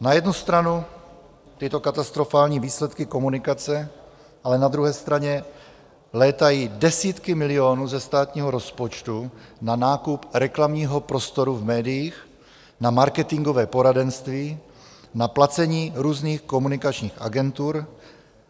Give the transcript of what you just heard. Na jednu stranu tyto katastrofální výsledky komunikace, ale na druhé straně létají desítky milionů ze státního rozpočtu na nákup reklamního prostoru v médiích, na marketingové poradenství, na placení různých komunikačních agentur